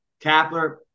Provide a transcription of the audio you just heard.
Kapler –